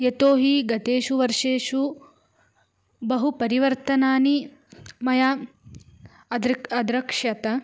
यतो हि गतेषु वर्षेषु बहु परिवर्तनानि मया अदृक् अद्रक्ष्यत